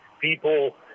people